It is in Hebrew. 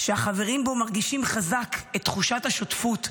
שהחברים בו מרגישים חזק את תחושת השותפות,